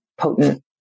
Potent